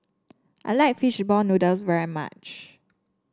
I like Fishball Noodles very much